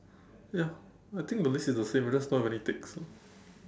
ya I think the list is the same I just don't have any ticks so